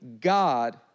God